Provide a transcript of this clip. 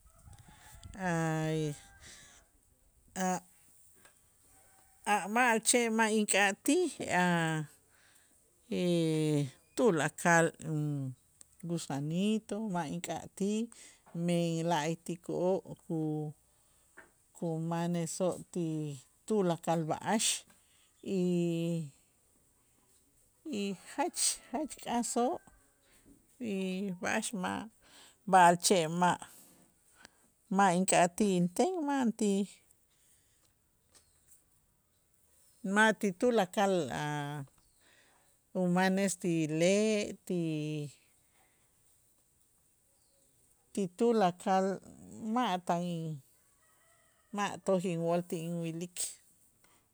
Ay a' a' b'a'alche' ma' inka'tij a tulakal gusanito ma' ink'atij, men la'ayti' ku'o' ku- kumanesoo' ti tulakal b'a'ax y- y jach jach k'asoo' y b'a'ax ma' b'a'alche' ma' ma' ink'atij inten ma' ti ma' ti tulakal a' umanes ti le' ti- ti tulakal ma' tan in ma' toj inwool ti inwilik.